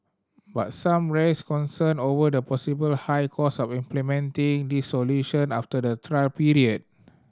but some raised concern over the possible high costs of implementing these solution after the trial period